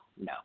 no